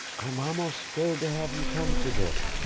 i'm almost scared to have him come today.